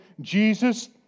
Jesus